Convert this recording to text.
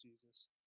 Jesus